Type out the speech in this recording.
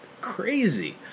crazy